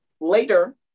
later